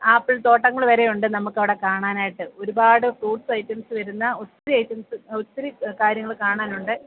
apple തോട്ടങ്ങൾ വരെ ഉണ്ട് നമുക്ക് അവിടെ കാണാനായിട്ട് ഒരുപാട് ഫ്രൂട്സ് ഐറ്റംസ് വരുന്ന ഒത്തിരി ഐറ്റംസ് ഒത്തിരി കാര്യങ്ങള് കാണാനുണ്ട്